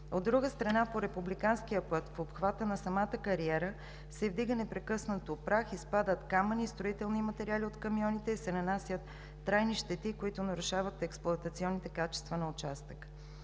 От друга страна, по републиканския път в обхвата на самата кариера се вдига непрекъснато прах, изпадат камъни и строителни материали от камионите и се нанасят трайни щети, които нарушават експлоатационните качества на участъка.